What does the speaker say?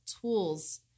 tools